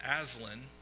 Aslan